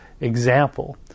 example